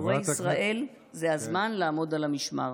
הורי ישראל, זה הזמן לעמוד על המשמר.